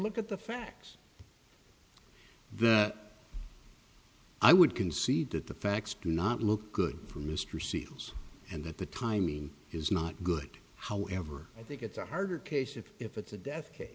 look at the facts then i would concede that the facts do not look good for mr seals and that the timing is not good however i think it's a harder case and if it's a de